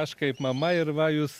aš kaip mama ir va jūs